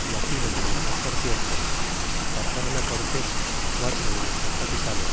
y así lo teniamos por cierto apartaron á cortés quatro de nuestros capitanes